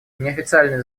неофициальные